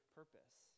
purpose